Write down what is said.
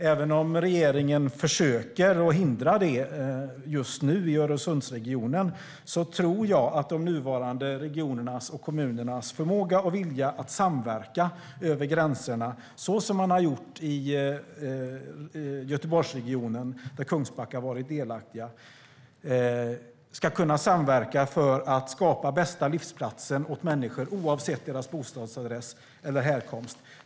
Även om regeringen just nu försöker hindra detta i Öresundsregionen tror jag att de nuvarande regionernas och kommunernas förmåga och vilja att samverka över gränserna - såsom man har gjort i Göteborgsregionen, där Kungsbacka har varit delaktigt - ska kunna skapa den bästa livsplatsen åt människor oavsett deras bostadsadress eller härkomst.